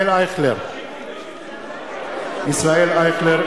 (קורא בשמות חברי הכנסת) ישראל אייכלר,